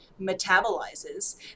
metabolizes